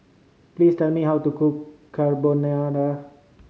please tell me how to cook Carbonara